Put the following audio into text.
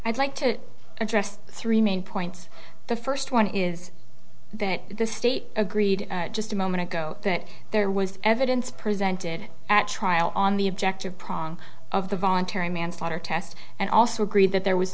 i'd like to address three main points the first one is that the state agreed just a moment ago that there was evidence presented at trial on the objective prong of the voluntary manslaughter test and also agree that there was